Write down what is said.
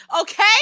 okay